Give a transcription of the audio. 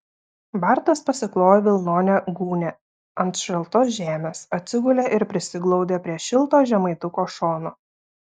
bartas pasiklojo vilnonę gūnią ant šaltos žemės atsigulė ir prisiglaudė prie šilto žemaituko šono